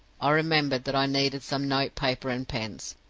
i remembered that i needed some note-paper and pens,